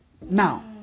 Now